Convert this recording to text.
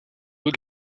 eaux